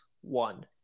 one